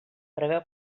preveu